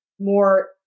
more